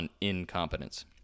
incompetence